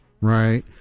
right